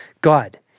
God